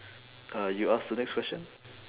uh you ask the next question